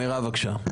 מירב, בבקשה.